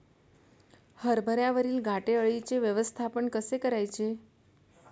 हरभऱ्यावरील घाटे अळीचे व्यवस्थापन कसे करायचे?